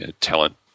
talent